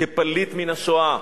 כפליט מהשואה,